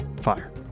Fire